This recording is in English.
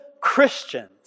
Christians